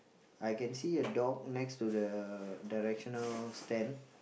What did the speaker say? I can see a dog next to the directional stand